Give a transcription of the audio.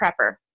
prepper